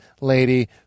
lady